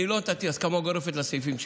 אני לא נתתי הסכמה גורפת לסעיפים שלו.